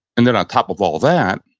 and then, on top of all that,